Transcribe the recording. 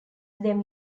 them